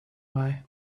why